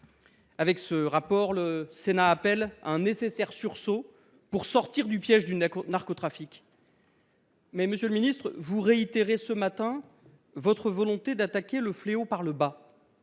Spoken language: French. de ce rapport, le Sénat appelle à « un nécessaire sursaut [pour] sortir du piège du narcotrafic ». Pourtant, monsieur le ministre, vous avez réitéré ce matin votre volonté d’attaquer le fléau par le bas.